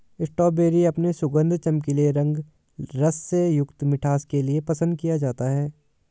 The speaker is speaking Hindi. स्ट्रॉबेरी अपने सुगंध, चमकीले लाल रंग, रस से युक्त मिठास के लिए पसंद किया जाता है